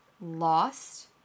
lost